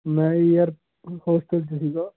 ਮੈ ਯਾਰ ਹੋਸਟਲ 'ਚ ਸੀਗਾ